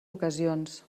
ocasions